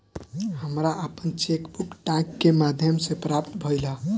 हमरा आपन cheque book डाक के माध्यम से प्राप्त भइल ह